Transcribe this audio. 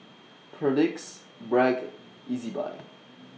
Perdix Bragg and Ezbuy